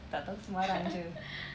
tak tahu sembarang jer